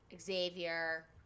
Xavier